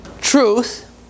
truth